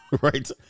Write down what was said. right